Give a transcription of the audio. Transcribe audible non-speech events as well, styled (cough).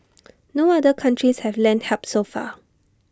(noise) no other countries have lent help so far